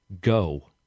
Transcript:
Go